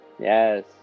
yes